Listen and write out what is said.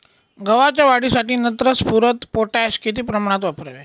गव्हाच्या वाढीसाठी नत्र, स्फुरद, पोटॅश किती प्रमाणात वापरावे?